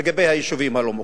לגבי היישובים הלא-מוכרים,